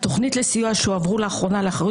התוכנית לסיוע שהועברה לאחרונה לאחריות